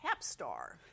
Capstar